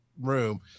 room